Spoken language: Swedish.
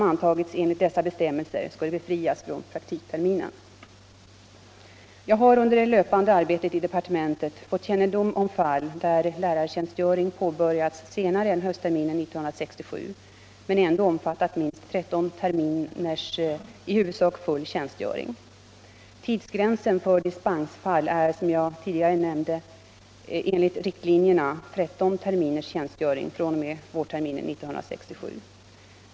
Jag har under det löpande arbetet i departementet fått kännedom om fall där lärartjänstgöring påbörjats senare än höstterminen 1967 men ändå omfattat minst 13 terminers i huvudsak full tjänstgöring. Tidsgränsen för dispensfall är, som jag tidigare nämnde, enligt riktlinjerna 13 terminers tjänstgöring fr.o.m. vårterminen 1967.